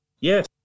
Yes